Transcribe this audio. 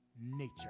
nature